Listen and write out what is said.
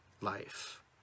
life